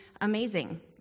amazing